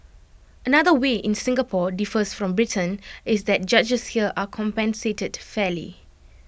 another way in Singapore differs from Britain is that judges here are compensated fairly